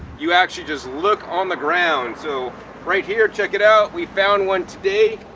you actually just look on the ground. so right here, check it out, we found one today